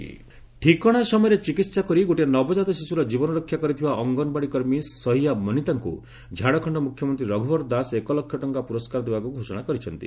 anganwadi award ଠିକଣା ସମୟରେ ଚିକିିିସା କରି ଗୋଟିଏ ନବଜାତ ଶିଶ୍ରର ଜୀବନରକ୍ଷା କରିଥିବା ଅଙ୍ଗନବାଡି କର୍ମୀ ସହିୟା ମନିତାଙ୍କୁ ଝଡ଼ଖଣ୍ଡ ମୁଖ୍ୟମନ୍ତ୍ରୀ ରଘୁବର ଦାସ ଏକ ଲକ୍ଷ ଟଙ୍କା ପୁରସ୍କାର ଦେବାକୁ ଘୋଷଣା କରିଛନ୍ତି